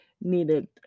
needed